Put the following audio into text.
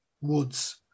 woods